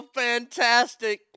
fantastic